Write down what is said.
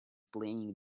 playing